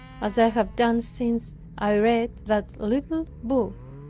as i have done since i read that little book.